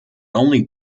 only